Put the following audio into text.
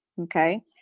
Okay